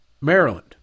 Maryland